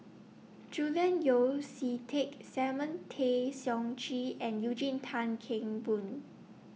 Julian Yeo See Teck Simon Tay Seong Chee and Eugene Tan Kheng Boon